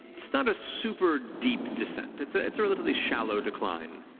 it's not a super deep descent. it's ah it's a relatively shallow decline,